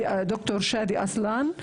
ד"ר שאדי אסלאן,